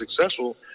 successful